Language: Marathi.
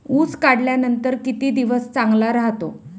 ऊस काढल्यानंतर किती दिवस चांगला राहतो?